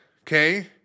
Okay